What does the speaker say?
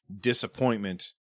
disappointment